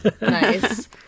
Nice